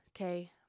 okay